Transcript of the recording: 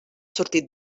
sortit